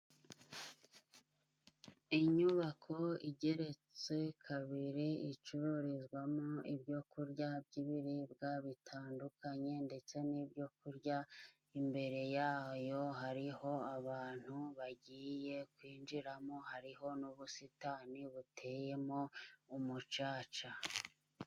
Inyubako igeretse kabiri icururizwamo ibyo kurya by'ibiribwa bitandukanye ndetse n'ibyo kurya, imbere yayo hariho abantu bagiye kwinjiramo, hariho n'ubusitani buteyemo umucaca.